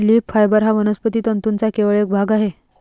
leaf fibre हा वनस्पती तंतूंचा केवळ एक भाग आहे